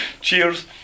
Cheers